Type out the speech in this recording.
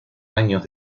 años